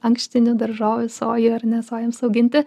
ankštinių daržovių soja ar ne sojoms auginti